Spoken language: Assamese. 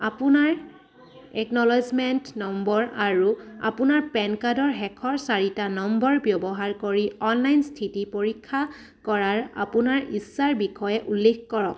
আপোনাৰ একন'লেজমেণ্ট নম্বৰ আৰু আপোনাৰ পেন কাৰ্ডৰ শেষৰ চাৰিটা নম্বৰ ব্যৱহাৰ কৰি অনলাইন স্থিতি পৰীক্ষা কৰাৰ আপোনাৰ ইচ্ছাৰ বিষয়ে উল্লেখ কৰক